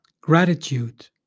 gratitude